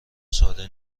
ساده